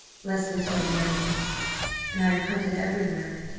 leslie told me everything and i have hunted everywhere.